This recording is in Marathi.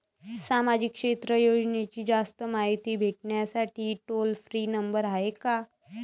सामाजिक क्षेत्र योजनेची जास्त मायती भेटासाठी टोल फ्री नंबर हाय का?